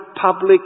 public